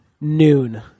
noon